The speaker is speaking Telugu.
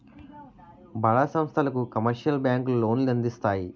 బడా సంస్థలకు కమర్షియల్ బ్యాంకులు లోన్లు అందిస్తాయి